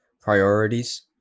priorities